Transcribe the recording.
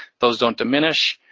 those don't diminish.